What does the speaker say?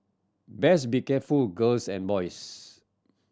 best be careful girls and boys